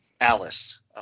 Alice